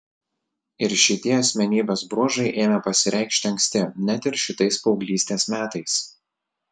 ir šitie asmenybės bruožai ėmė pasireikšti anksti net ir šitais paauglystės metais